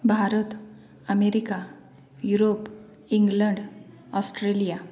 Bharat America Europe England Australia